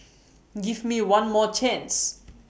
give me one more chance